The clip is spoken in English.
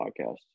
podcast